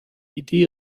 idee